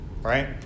right